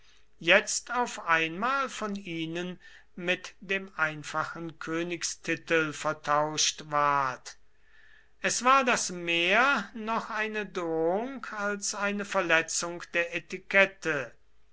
jetzt auf einmal von ihnen mit dem einfachen königstitel vertauscht ward es war das mehr noch eine drohung als eine verletzung der etikette